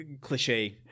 cliche